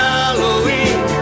Halloween